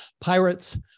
pirates